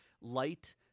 light